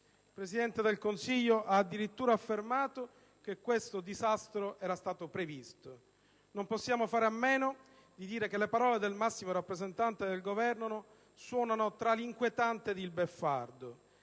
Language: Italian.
Il Presidente del Consiglio ha addirittura affermato che questo disastro era stato previsto. Non possiamo fare a meno di dire che le parole del massimo rappresentante del Governo suonano tra l'inquietante ed il beffardo.